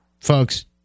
Folks